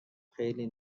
خیلی